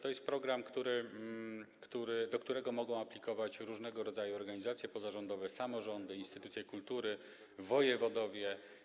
To jest program, w przypadku którego mogą aplikować różnego rodzaju organizacje pozarządowe, samorządy, instytucje kultury czy wojewodowie.